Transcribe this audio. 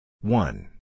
one